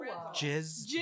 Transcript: Jizz